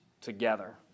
together